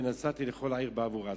ונשאתי לכל המקום בעבורם".